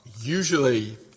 usually